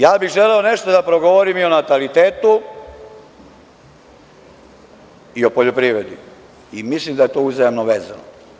Ja bih želeo nešto da progovorim i o natalitetu i o poljoprivredi, i mislim da je to uzajamno vezano.